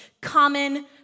common